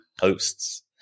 hosts